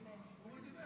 אורי דיבר.